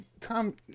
Tom